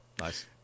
nice